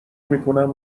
میکنم